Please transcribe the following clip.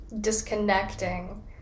disconnecting